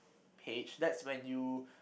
page that's when you